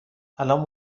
الانم